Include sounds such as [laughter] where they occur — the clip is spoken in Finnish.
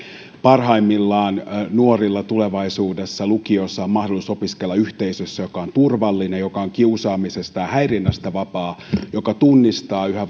parhaimmillaan nuorilla tulevaisuudessa lukiossa on mahdollisuus opiskella yhteisössä joka on turvallinen joka on kiusaamisesta ja häirinnästä vapaa joka tunnistaa yhä [unintelligible]